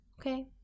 okay